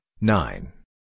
nine